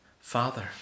Father